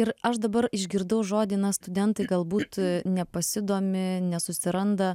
ir aš dabar išgirdau žodį na studentai galbūt nepasidomi nesusiranda